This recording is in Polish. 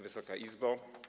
Wysoka Izbo!